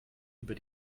über